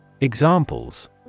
Examples